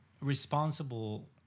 Responsible